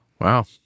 Wow